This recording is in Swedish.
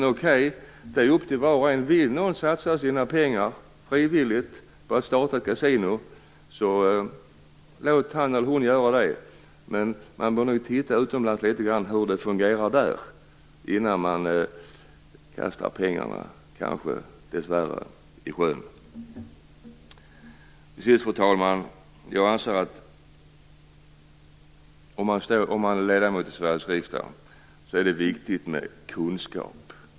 Men okej, det är upp till var och en som vill satsa sina pengar frivilligt för att starta kasino att göra det. Man bör nog titta litet hur det fungerar utomlands innan man kastar pengarna, kanske dessvärre, i sjön. Till sist, fru talman! Jag anser att det för en ledamot av Sveriges riksdag är viktigt med kunskap.